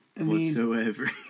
Whatsoever